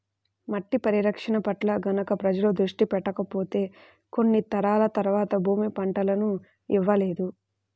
మట్టి పరిరక్షణ పట్ల గనక ప్రజలు దృష్టి పెట్టకపోతే కొన్ని తరాల తర్వాత భూమి పంటలను ఇవ్వలేదు